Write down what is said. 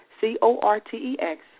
C-O-R-T-E-X